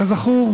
כזכור,